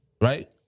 right